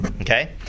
okay